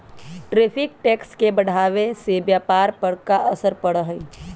tariff tax के बढ़ावे से व्यापार पर का असर पड़ा हई